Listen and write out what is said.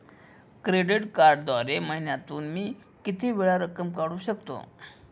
Credit कार्डद्वारे महिन्यातून मी किती वेळा रक्कम काढू शकतो?